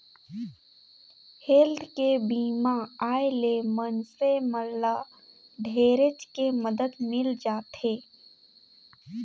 health के बीमा आय ले मइनसे मन ल ढेरेच के मदद मिल जाथे